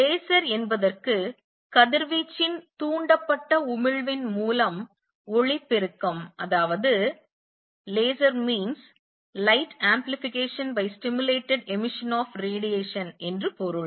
laser என்பதற்கு கதிர்வீச்சின் தூண்டப்பட்ட உமிழ்வின் மூலம் ஒளி பெருக்கம் என்று பொருள்